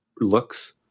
looks